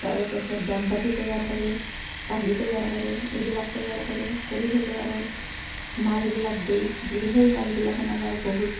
তাৰেপাছত বান বাতি তৈয়াৰ কৰে কাঁহী তৈয়াৰ কৰে এইবিলাক তৈয়াৰ কৰে কৰি ফেলে আৰু মালবিলাক দিয়ে দিলে সেই মালগিলাখান আমাৰ বহুত